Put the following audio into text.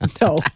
No